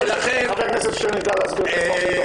חבר הכנסת שטרן יידע להסביר את עצמו הכי טוב.